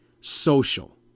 Social